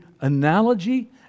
analogy